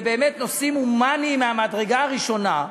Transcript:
זה באמת נושאים הומניים מהמדרגה הראשונה,